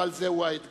אבל זה האתגר,